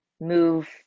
move